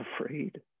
afraid